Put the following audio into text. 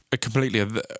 Completely